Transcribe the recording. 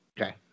Okay